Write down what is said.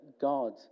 God